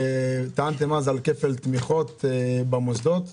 טענתם אז לכפל תמיכות במוסדות.